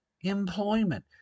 employment